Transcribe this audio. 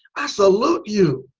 i salute you.